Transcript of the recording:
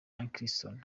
atkinson